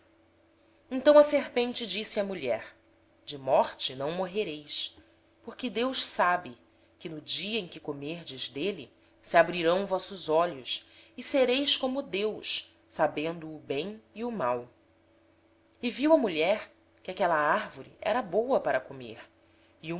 disse a serpente à mulher certamente não morrereis porque deus sabe que no dia em que comerdes desse fruto vossos olhos se abrirão e sereis como deus conhecendo o bem e o mal então vendo a mulher que aquela árvore era boa para se comer